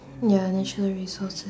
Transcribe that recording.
ya natural resources